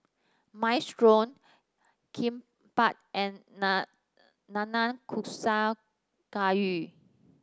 Minestrone Kimbap and Nanakusa Gayu